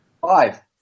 Five